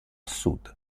sud